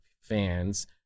fans